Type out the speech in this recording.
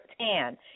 tan